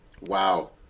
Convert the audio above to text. Wow